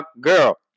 girl